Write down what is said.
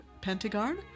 pentagon